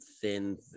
thin